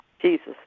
Jesus